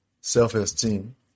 self-esteem